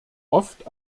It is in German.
oft